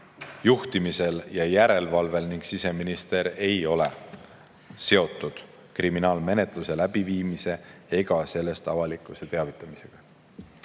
juhtimisel ja järelevalve all. Siseminister ei ole seotud kriminaalmenetluse läbiviimise ega sellest avalikkuse teavitamisega.